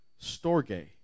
storge